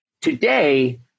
Today